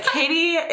Katie